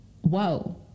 whoa